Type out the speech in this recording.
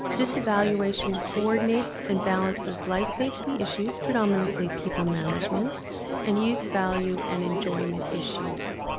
this evaluation coordinates and balances life safety issues predominantly people management and use value and enjoyment issues.